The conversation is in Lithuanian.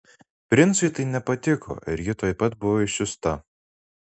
princui tai nepatiko ir ji tuoj pat buvo išsiųsta